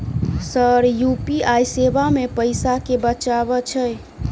Sir UPI सेवा मे पैसा केँ बचाब छैय?